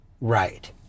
Right